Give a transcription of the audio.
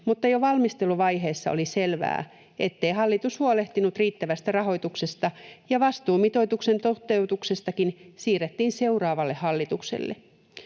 mutta jo valmisteluvaiheessa oli selvää, ettei hallitus huolehtinut riittävästä rahoituksesta, ja vastuu mitoituksen toteutuksestakin siirrettiin seuraavalle hallitukselle.